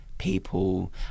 people